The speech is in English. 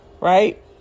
right